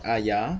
uh ya